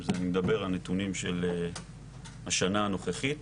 אני מדבר על נתונים של השנה הנוכחית.